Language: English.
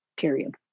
period